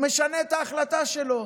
הוא משנה את ההחלטה שלו.